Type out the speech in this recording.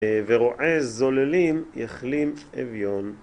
ורואה זוללים יכלים אביון.